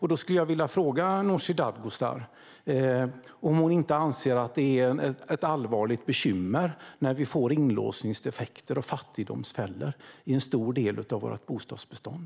Jag skulle vilja fråga Nooshi Dadgostar om hon inte anser att det är ett allvarligt bekymmer när vi får inlåsningseffekter och fattigdomsfällor i en stor del av vårt bostadsbestånd.